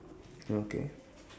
okay